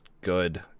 good